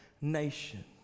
nation